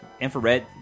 infrared